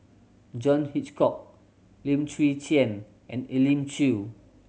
John Hitchcock Lim Chwee Chian and Elim Chew